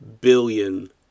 billion